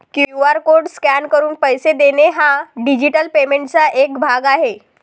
QR code scan करून पैसे देणे हा डिजिटल पेमेंटचा एक भाग आहे